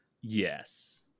Yes